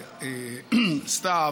סתיו,